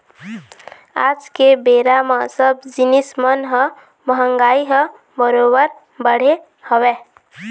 आज के बेरा म सब जिनिस मन म महगाई ह बरोबर बढ़े हवय